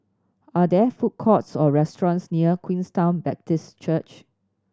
are there food courts or restaurants near Queenstown Baptist Church